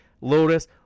Lotus